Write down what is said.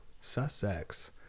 Sussex